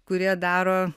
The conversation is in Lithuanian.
kurie daro